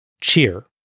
cheer